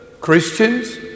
Christians